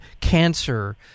cancer